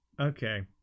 okay